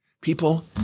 People